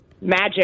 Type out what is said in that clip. magic